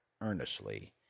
earnestly